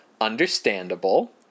understandable